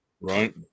Right